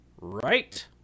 right